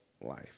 life